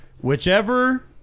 whichever